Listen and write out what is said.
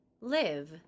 live